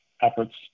efforts